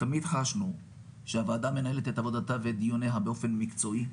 תמיד חשנו שהוועדה מנהלת את עבודתה ואת דיוניה באופן מקצועי,